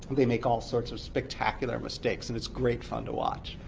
they make all sorts of spectacular mistakes, and it's great fun to watch!